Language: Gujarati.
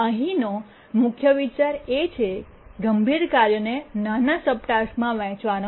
અહીંનો મુખ્ય વિચાર એ ગંભીર કાર્યને નાના સબટાસ્ક્સમાં વહેંચવાનો છે